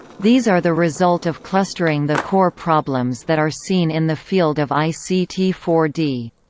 these are the result of clustering the core problems that are seen in the field of i c t four d.